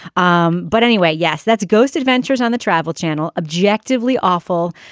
um but anyway yes that's a ghost adventures on the travel channel. objectively awful.